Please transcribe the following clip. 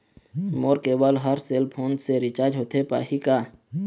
मोर cable हर cell phone से recharge होथे पाही का?